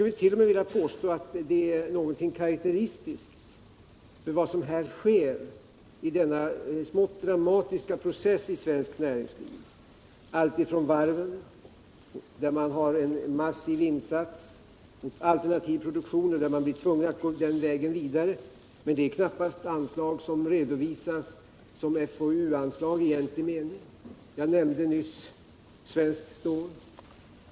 Jag skullet.o.m. vilja påstå att det är någonting karakteristiskt för vad som sker i denna smått dramatiska process i svenskt näringsliv, t.ex. beträffande varven, där man har gjort en massiv insats för alternativ produktion och där man blir tvungen att gå vidare på den vägen, även om det knappast är anslag som redovisas som FoU-anslag i egentlig mening. Jag nämnde nyss Svenskt Stål.